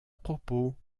propos